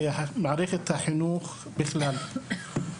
ובמערכת החינוך בכלל.